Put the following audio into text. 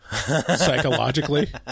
psychologically